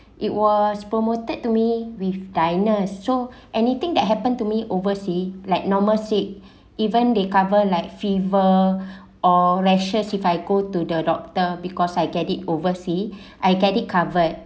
it was promoted to me with diners so anything that happened to me oversea like normal sick even they cover like fever or rashes if I go to the doctor because I get it oversea I get it covered